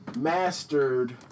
mastered